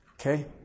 Okay